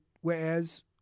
whereas